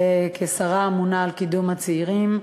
כשרה הממונה על קידום הצעירים,